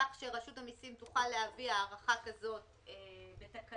כך שרשות המיסים תוכל להביא הארכה כזאת בתקנות,